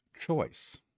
choice